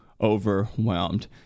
overwhelmed